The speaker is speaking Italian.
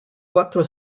quattro